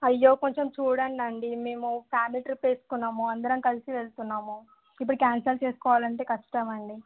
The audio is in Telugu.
అయ్యో కొంచెం చూడండి అండి మేము ఫ్యామిలీ ట్రిప్ వేసుకున్నాము అందరం కలిసి వెళ్తున్నాము ఇప్పుడు క్యాన్సిల్ చేసుకోవాలంటే కష్టం అండి